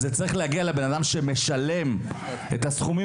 זה צריך להגיע לבן אדם שמשלם את הסכומים